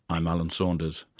i'm alan saunders.